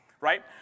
Right